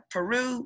Peru